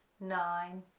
nine,